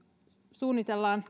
suunnitellaan